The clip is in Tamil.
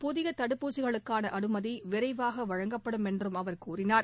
புதிய தடுப்பூசிகளுக்கான அனுமதி விரைவாக வழங்கப்படும் என்றும் அவர் கூறினார்